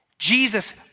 Jesus